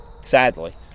sadly